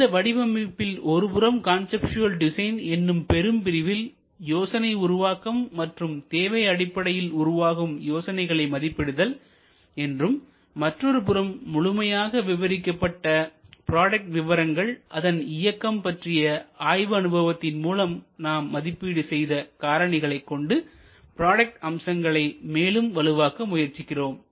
இந்த வடிவமைப்பில் ஒருபுறம் கான்செப்ட்சுவால் டிசைன் என்னும் பெரும் பிரிவில் யோசனை உருவாக்கம் மற்றும் தேவை அடிப்படையில் உருவாகும் யோசனைகளை மதிப்பிடுதல் என்றும் மற்றொருபுறம் முழுமையாக விவரிக்கப்பட்ட ப்ராடக்ட் விவரங்கள் அதன் இயக்கம் பற்றிய ஆய்வு அனுபவத்தின் மூலம் நாம் மதிப்பீடு செய்த காரணிகளைக் கொண்டு ப்ராடக்ட் அம்சங்களை மேலும்வலுவாக்க முயற்சிக்கிறோம்